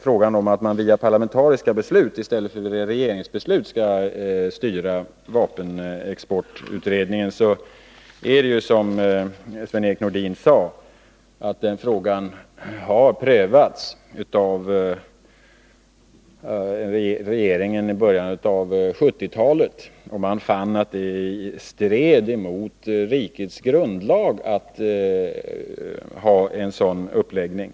Frågan om att via parlamentariska beslut i stället för regeringsbeslut styra vapenexport är — som Sven-Erik Nordin här sade — prövad av regeringen i början av 1970-talet. Man fann då att det stred mot rikets grundlagar att ha en sådan uppläggning.